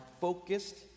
focused